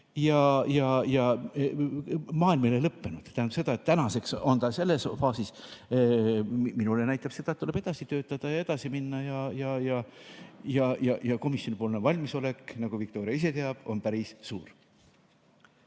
Maailm ei ole lõppenud, see tähendab seda, et tänaseks on ta selles faasis. Minule näitab see seda, et tuleb edasi töötada ja edasi minna. Komisjoni valmisolek, nagu Viktoria ise teab, on päris suur.